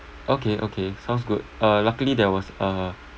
okay okay sounds good uh luckily there was a